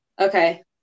Okay